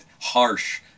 harsh